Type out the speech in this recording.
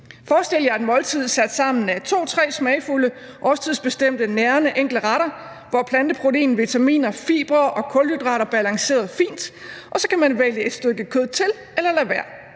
Forestil jer et måltid sat sammen af to, tre årstidsbestemte smagfulde, nærende enkeltretter, hvor planteprotein, vitaminer, fibre og kulhydrater balancerer fint, og så kan man vælge et stykke kød til eller lade være.